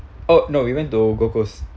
oh no we went to gold coast